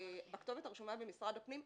בכתובת הרשומה במשרד הפנים,